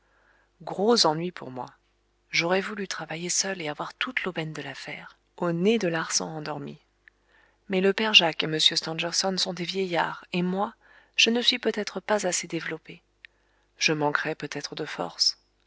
gros ennui pour moi j'aurais voulu travailler seul et avoir toute l'aubaine de l'affaire au nez de larsan endormi mais le père jacques et m stangerson sont des vieillards et moi je ne suis peut-être pas assez développé je manquerais peutêtre de force